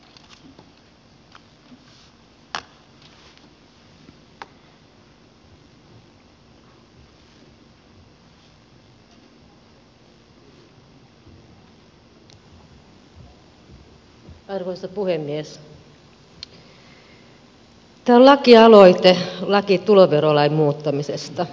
tämä on lakialoite laki tuloverolain muuttamisesta